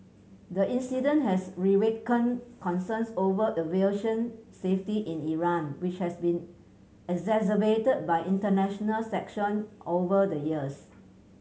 the incident has reawakened concerns over aviation safety in Iran which has been exacerbated by international sanction over the years